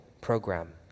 program